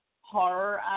horror